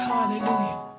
Hallelujah